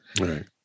Right